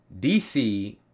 DC